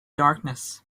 darkness